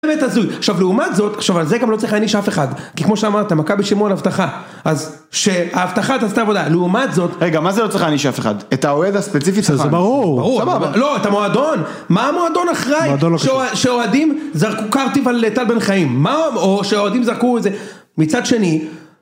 זה באמת הזוי. עכשיו לעומת זאת עכשיו על זה גם לא צריך להעניש אף אחד כי כמו שאמרת מכבי שילמו על אבטחה, אז שהאבטחה תעשה את עבודה. לעומת זאת... רגע מה זה לא צריך להעניש אף אחד? את האוהד הספציפי זה ברור... לא, את המועדון. מה המועדון אחראי שאוהדים זרקו קרטיב על טל בין חיים מה? או שאוהדים זרקו את זה. מצד שני